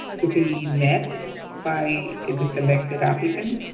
to be met by the selected applicant.